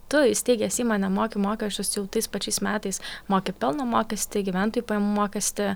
tu įsteigęs įmonę moki mokesčius jau tais pačiais metais moki pelno mokestį gyventojų pajamų mokestį